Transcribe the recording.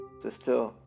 sister